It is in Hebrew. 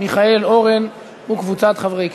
מיכאל אורן וקבוצת חברי הכנסת.